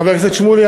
חבר הכנסת שמולי,